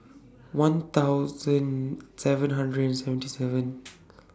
one thousand seven hundred and seventy seven